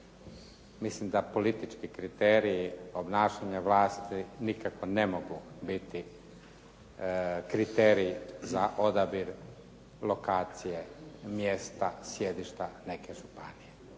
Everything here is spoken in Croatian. Mislim da politički kriteriji obnašanja vlasti nikako ne mogu biti kriterij za odabir lokacije, mjesta, sjedišta neke županije.